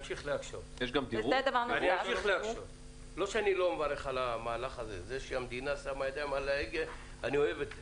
זה לא שאני לא מברך על המהלך הזה, אני אוהב את זה